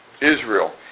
Israel